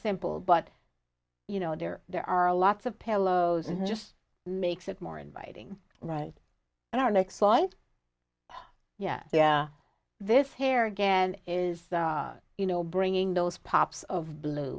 simple but you know there there are lots of pillows and just makes it more inviting right and our next thought yeah yeah this hair again is you know bringing those pops of blue